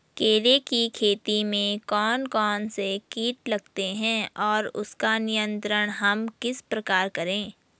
केले की खेती में कौन कौन से कीट लगते हैं और उसका नियंत्रण हम किस प्रकार करें?